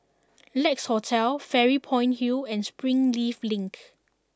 Lex Hotel Fairy Point Hill and Springleaf Link